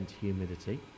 humidity